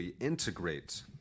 integrate